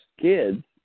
kids